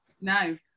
no